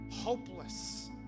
hopeless